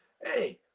Hey